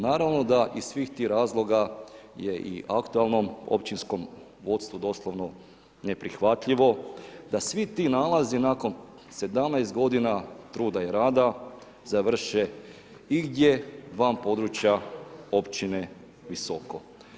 Naravno da ih svih tih razloga je i aktualnom općinskom vodstvu doslovno neprihvatljivo da svi ti nalazi nakon 17 godina truda i rada završe igdje van područja općine Visoko.